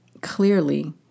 clearly